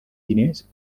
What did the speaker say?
diners